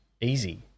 easy